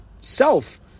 self